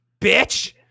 Bitch